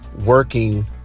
working